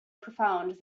profound